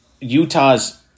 Utah's